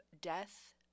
death